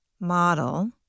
model